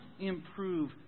improve